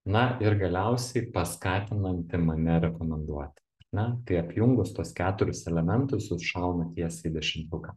na ir galiausiai paskatinanti mane rekomenduoti ar ne kai apjungus tuos keturis elementus jūs šaunat tiesiai į dešimtuką